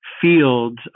fields